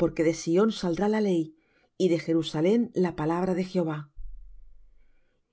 porque de sión saldrá la ley y de jerusalem la palabra de jehová